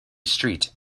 street